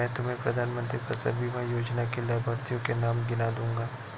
मैं तुम्हें प्रधानमंत्री फसल बीमा योजना के लाभार्थियों के नाम गिना दूँगा